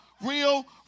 real